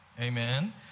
Amen